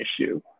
issue